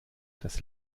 das